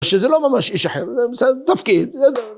שזה לא ממש איש אחר, זה תפקיד...